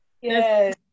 Yes